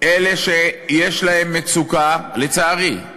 אלה שיש להם מצוקה, לצערי,